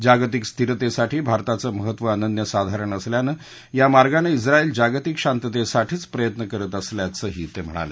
जागतिक स्थिरतेसाठी भारताचं महत्व अनन्यसाधरण असल्यानं या मार्गाने इस्रायल जागतिक शांततेसाठीचं प्रयत्न करत असल्याचं ते म्हणाले